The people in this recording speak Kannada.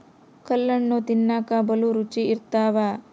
ಕಲ್ಲಣ್ಣು ತಿನ್ನಕ ಬಲೂ ರುಚಿ ಇರ್ತವ